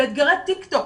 באתגרי טיק טוק,